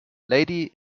lady